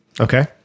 Okay